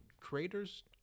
creators